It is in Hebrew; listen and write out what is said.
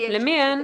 למי אין?